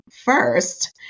first